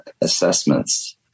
assessments